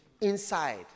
inside